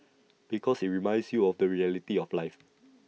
because IT reminds you of the reality of life